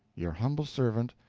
your humble servant,